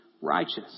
righteous